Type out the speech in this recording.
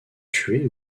tuées